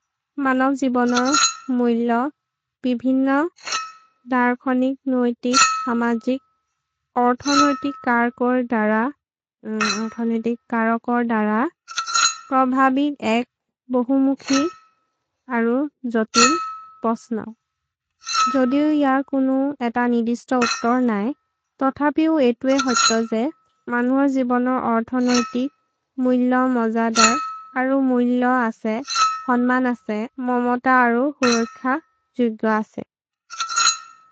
मानव जीबन और मुल्ल पिभिन्न दारखनिक, नूयतिक, हमाजिक, अर्थानुयतिक, कारकर दारा, प्रभाबीर एक बहुमुखी आरु जोतिल पस्ना। जोदियों यार कुनु एता निरिस्टा उत्तर नाई। तो ठापि उएट्वे होईत्तो जे, मानव जीबन और अर्थानुयतिक, मुल्ला मजादार, आरु मुल्ला आसे, हन्मान आसे, ममाता आरु हुरोखा जुद्गो आसे।